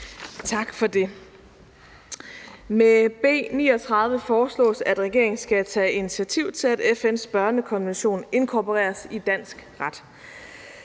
Tak for det. Med B 39 foreslås, at regeringen skal tage initiativ til, at FN's børnekonvention inkorporeres i dansk ret.